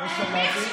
לא שמעתי.